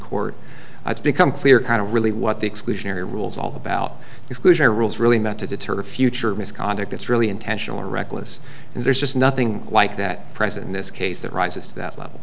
court it's become clear kind of really what the exclusionary rule is all about disclosure rules really meant to deter future misconduct it's really intentional or reckless and there's just nothing like that present in this case that rises to that level